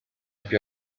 più